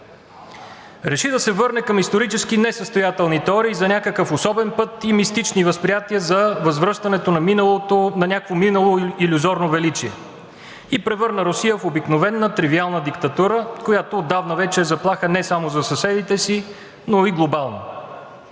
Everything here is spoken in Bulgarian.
Реши да се върне към исторически несъстоятелните теории за някакъв особен път и мистични възприятия за възвръщането на някакво минало, илюзорно величие и превърна Русия в обикновена тривиална диктатура, която отдавна вече е заплаха не само за съседите си, но и глобална.